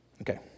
Okay